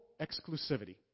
exclusivity